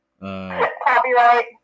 Copyright